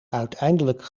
uiteindelijk